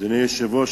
אדוני היושב-ראש,